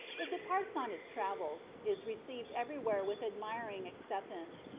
it departs on its travels, is received everywhere with admiring acceptance,